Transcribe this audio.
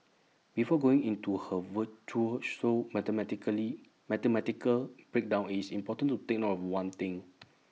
before going into her virtuoso mathematically mathematical breakdown is important to take note of one thing